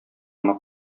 гына